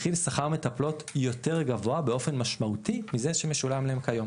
מחיר שכר מטפלות יותר גבוה באופן משמעותי מזה שמשולם להן כיום.